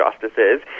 justices